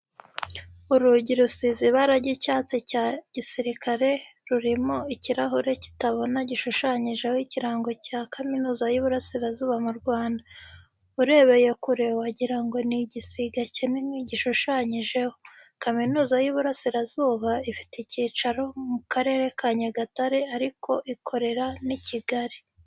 Urugi rusize ibara ry'icyatsi cya gisirikare, rurimo ikirahure kitabona gishushanyijeho ikirango cya kaminuza y'Uburasirazuba mu Rwanda. Urebeye kure wagira ngo ni igisiga kinini gishushanyijeho. Kaminuza y'Uburasirazuba ifite icyicaro mu Karere ka Nyagatare ariko ikorera n'i Kigali.